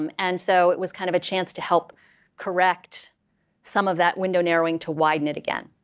um and so it was kind of a chance to help correct some of that window narrowing to widen it again.